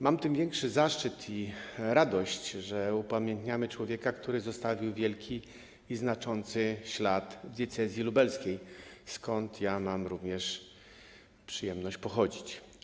Mam tym większy zaszczyt i radość, że upamiętniamy człowieka, który zostawił wielki i znaczący ślad w diecezji lubelskiej, skąd mam również przyjemność pochodzić.